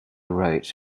wrote